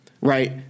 right